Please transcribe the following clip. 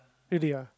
really ah